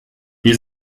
wir